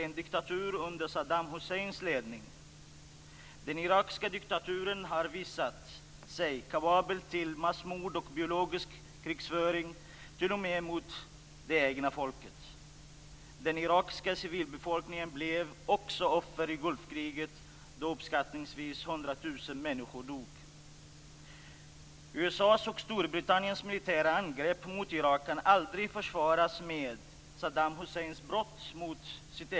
Alla rättigheter måste respekteras oavsett ekonomisk utveckling, kultur, traditioner osv. Att jag har valt Kina som exempel i dag beror på att jag fick vetskap om dödsskjutningen av 15-åringen förra veckan. Händelsen inträffade emellertid i november förra året. Den här unga tibetanska pojken hade ett enda mål - han ville utbilda sig. Barns och ungdomars villkor i världen ser, som vi alla vet, olika ut. Barn och ungdomar här i Sverige har skolplikt.